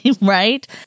Right